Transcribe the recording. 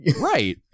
Right